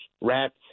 rats